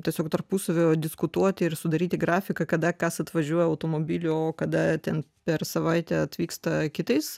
tiesiog tarpusavy diskutuoti ir sudaryti grafiką kada kas atvažiuoja automobiliu o kada ten per savaitę atvyksta kitais